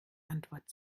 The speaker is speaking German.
antwort